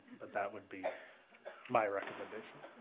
but that would be my recommendation.